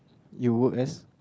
you work as